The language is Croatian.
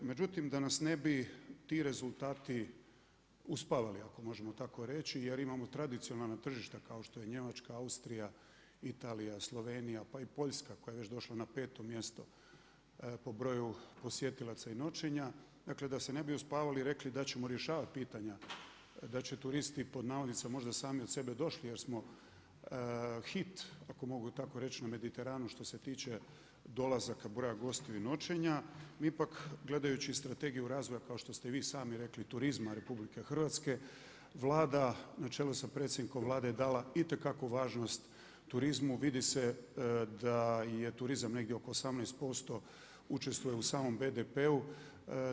Međutim, da nas ne bi ti rezultati uspavali, ako možemo tako reći jer imamo tradicionalna tržišta kao što je Njemačka, Austrija, Italija, Slovenija pa i Poljska koja je već došla na peto mjesto po broju posjetilaca i noćenja, dakle da se ne uspavali i rekli da ćemo rješavati pitanja, da će turisti „možda sami od sebe došli“ jer smo hit ako mogu tako reći na Mediteranu što se tiče dolazaka, broja gostiju i noćenja, mi ipak gledajući Strategiju razvoja kao što ste vi sami rekli turizma RH, Vlada na čelu sa predsjednikom Vlade je dala itekakvu važnost turizmu, vidi se da je turizam negdje oko 18% učestvuje u samom BDP-u.